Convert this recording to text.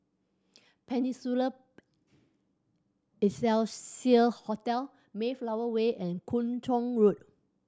Peninsula Excelsior Hotel Mayflower Way and Kung Chong Road